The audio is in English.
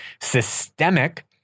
systemic